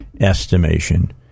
estimation